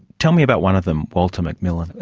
tell me about one of them, walter mcmillian.